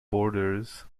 borders